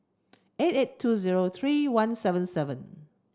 eight eight two zero three one seven seven